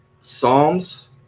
Psalms